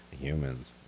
humans